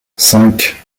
cinq